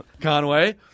Conway